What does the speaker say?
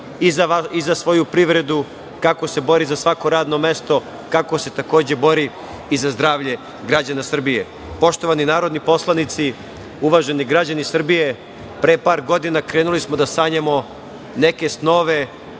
i za svoju privredu, kako se bori za svako radno mesto, kako se takođe bori i za zdravlje građana Srbije. Poštovani narodni poslanici, uvaženi građani Srbije, pre par godina krenuli smo da sanjamo neke snove.